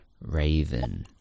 raven